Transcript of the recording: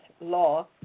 law